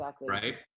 right